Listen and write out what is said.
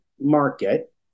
market